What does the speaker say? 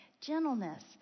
gentleness